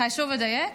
פרוש --- חשוב לדייק.